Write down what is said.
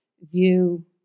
view